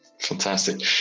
Fantastic